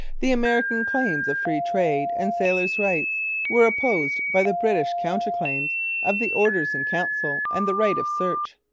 the american claims of free trade and sailors rights' were opposed by the british counter-claims of the orders-in-council and the right of search.